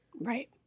Right